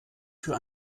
für